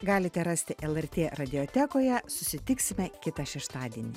galite rasti lrt radiotekoje susitiksime kitą šeštadienį